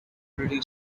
radio